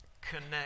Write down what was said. connect